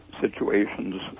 situations